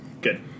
Good